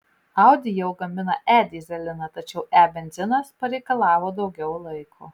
audi jau gamina e dyzeliną tačiau e benzinas pareikalavo daugiau laiko